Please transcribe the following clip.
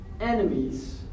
enemies